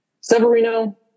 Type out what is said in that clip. severino